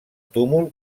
túmul